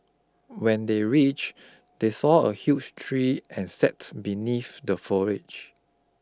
when they reach they saw a huge tree and sat beneath the foliage